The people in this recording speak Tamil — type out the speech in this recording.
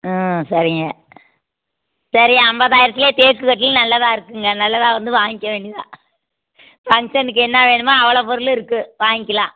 ம் சரிங்க சரி ஐம்பதாயிரத்துலையே தேக்கு கட்டில் நல்லதா இருக்குங்க நல்லதாக வந்து வாங்கிக்க வேண்டிய தான் ஃபங்க்ஷனுக்கு என்ன வேணுமோ அவ்வளோ பொருளும் இருக்குது வாங்கிக்கிலாம்